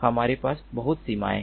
हमारे पास बहुत सीमाएं है